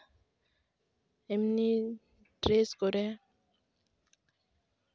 ᱮᱢᱱᱤ ᱰᱨᱮᱹᱥ ᱠᱚᱨᱮ